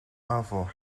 avó